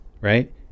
right